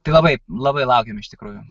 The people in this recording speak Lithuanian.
tai labai labai laukiam iš tikrųjų